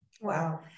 Wow